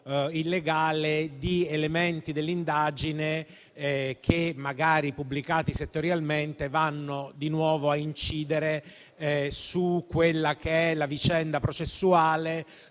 illegale di elementi dell'indagine che, magari pubblicati settorialmente, vanno di nuovo a incidere sulla vicenda processuale,